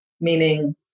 Meaning